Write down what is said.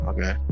Okay